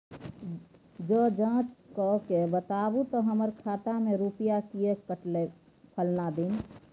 ज जॉंच कअ के बताबू त हमर खाता से रुपिया किये कटले फलना दिन?